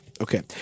Okay